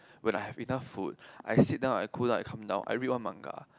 when I have enough food I sit down I cool down I calm down I I read one manga